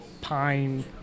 pine